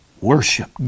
worship